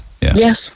Yes